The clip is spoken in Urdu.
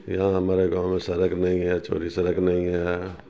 یہاں ہمارے گاؤں میں سڑک نہیں ہے چوڑی سڑک نہیں ہے